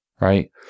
right